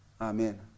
Amen